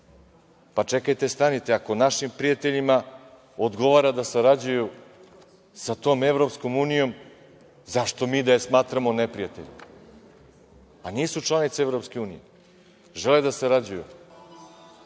bi. Čekajte, stanite, ako našim prijateljima odgovara da sarađuju sa tom EU, zašto mi da je smatramo neprijateljom? A nisu članice EU, žele da sarađuju.